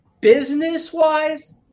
business-wise